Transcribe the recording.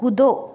कूदो